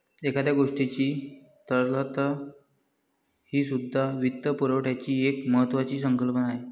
एखाद्या गोष्टीची तरलता हीसुद्धा वित्तपुरवठ्याची एक महत्त्वाची संकल्पना आहे